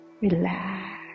Relax